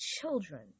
children